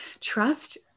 trust